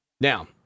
Now